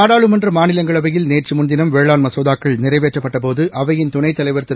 நாடாளுமன்ற மாநிலங்களவையில் நேற்று முன்தினம் வேளாண் மசோதாக்கள் நிறைவேற்றப்பட்டபோதுஇ அவையி ன் துணைத் தலைவர் திரு